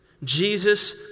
Jesus